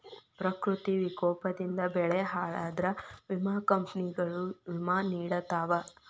ಪ್ರಕೃತಿ ವಿಕೋಪದಿಂದ ಬೆಳೆ ಹಾಳಾದ್ರ ವಿಮಾ ಕಂಪ್ನಿಗಳು ವಿಮಾ ನಿಡತಾವ